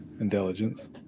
intelligence